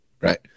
Right